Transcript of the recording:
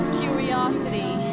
curiosity